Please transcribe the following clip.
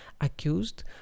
accused